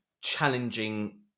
challenging